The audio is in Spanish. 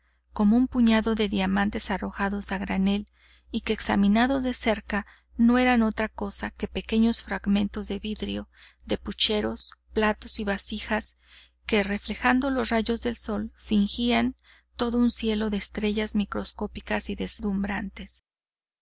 como un puñado de diamantes arrojados a granel y que examinados de cerca no eran otra cosa que pequeños fragmentos de vidrio de pucheros platos y vasijas que reflejando los rayos del sol fingían todo un cielo de estrellas microscópicas y deslumbrantes